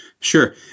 Sure